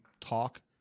talk